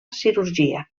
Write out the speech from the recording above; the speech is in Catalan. cirurgia